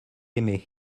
aimé